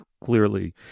clearly